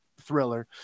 thriller